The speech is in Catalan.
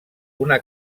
una